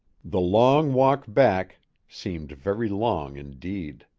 the long walk back seemed very long, indeed.